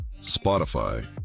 Spotify